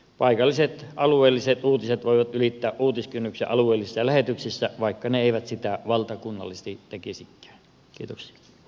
paikalliset alueelliset uutiset voivat ylittää uutiskynnyksen alueellisissa lähetyksissä vaikka ne eivät sitä valtakunnallisesti tekisikään